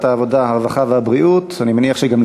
לוועדת העבודה, הרווחה והבריאות נתקבלה.